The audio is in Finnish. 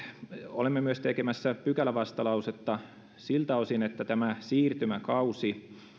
olemme myös tekemässä pykälävastalausetta siltä osin että tämä siirtymäkausi